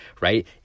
right